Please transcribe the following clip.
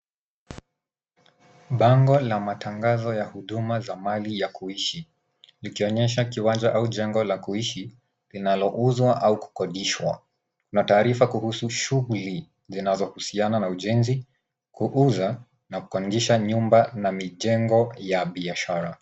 Bango la matangazo ya huduma za mali ya kuishi likionyesha kiwanda au jengo la kuishi linalouzwa au kukodihwa, na taarifa kuhusu shughuli zinazohusiana na ujenzi, kuuza na kukodisha nyumba na mijengo ya biashara.